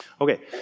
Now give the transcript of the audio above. Okay